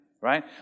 Right